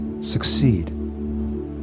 succeed